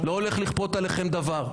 לא הולך לכפות עליכם דבר.